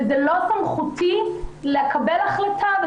זאת לא סמכותי לקבל החלטה.